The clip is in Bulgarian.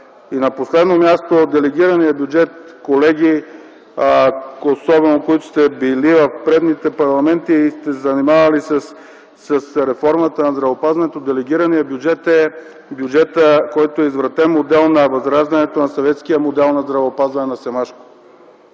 И на последно място – делегираният бюджет, колеги, особено тези, които сте били в предишни парламенти и сте се занимавали с реформата в здравеопазването – делегираният бюджет е бюджетът, който е извратен модел на възраждането на съветския модел на здравеопазване на Семашко,